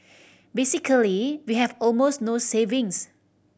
basically we have almost no savings